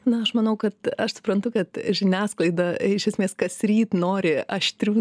na aš manau kad aš suprantu kad žiniasklaida iš esmės kasryt nori aštrių